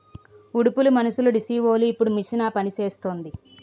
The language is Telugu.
ఉడుపులు మనుసులుడీసీవోలు ఇప్పుడు మిషన్ ఆపనిసేస్తాంది